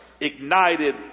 ignited